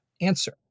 answer